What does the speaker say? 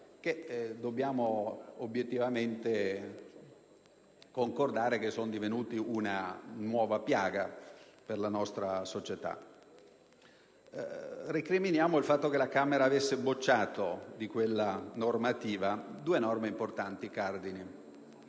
dobbiamo obiettivamente concordare - sono divenuti una nuova piaga per la nostra società. Recriminiamo sul fatto che la Camera abbia bocciato due norme importanti e cardine